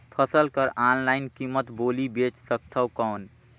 फसल कर ऑनलाइन कीमत बोली बेच सकथव कौन?